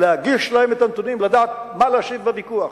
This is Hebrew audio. להגיש להם את הנתונים, לדעת מה להשיב בוויכוח.